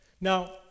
Now